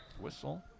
Whistle